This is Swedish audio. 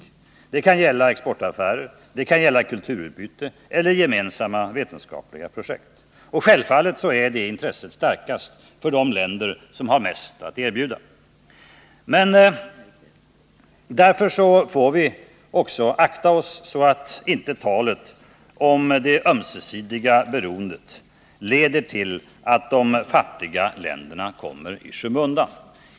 Det kan gälla exportaffärer, kulturutbyte eller gemensamma vetenskapliga projekt. Självfallet är detta intresse starkast för de länder som har mest att erbjuda. Därför måste vi akta oss, så att inte talet om det ömsesidiga beroendet leder till att de fattiga länderna kommer i skymundan.